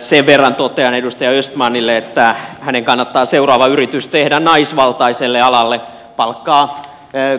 sen verran totean edustaja östmanille että hänen kannattaa seuraava yritys tehdä naisvaltaiselle alalle palkata